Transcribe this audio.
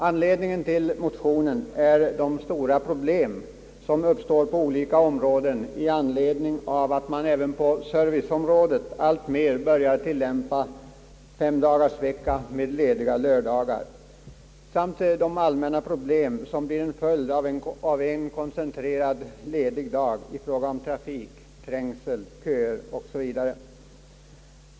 Anledningen till motionen är de stora problem, som uppstår på olika områden i anledning av att man även på serviceområdet alltmer börjar tillämpa femdagarsvecka med lediga lördagar, samt de allmänna problem som blir en följd av den koncentrerade ledigheten i fråga om trafik, trängsel, köer o. s. v.